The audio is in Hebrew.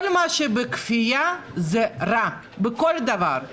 כל מה שהוא בכפייה הוא רע, בכל דבר.